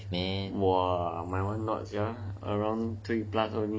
!wah! my [one] not sia three plus only you know